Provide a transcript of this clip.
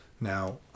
now